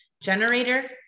generator